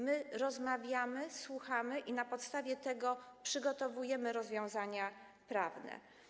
My rozmawiamy, słuchamy i na podstawie tego przygotowujemy rozwiązania prawne.